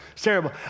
terrible